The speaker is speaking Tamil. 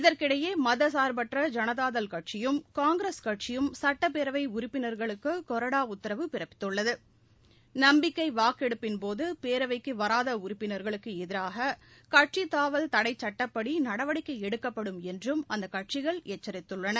இதற்கிடையேமதசார்பற்ற கட்சியும் ஐனதரதள் கட்சியும் காங்கிரஸ் சட்டப்பேரவைஉறுப்பினர்களுக்குகொறடாஉத்தரவு பிறப்பித்துள்ளது நம்பிக்கைவாக்கெடுப்பின்போதபேரவைக்குவராதஉறுப்பினர்களுக்குஎதிராககட்சித் தாவல் தடைச்சட்டப்படி நடவடிக்கைஎடுக்கப்படும் என்றும் அந்தகட்சிகள் எச்சரித்துள்ளன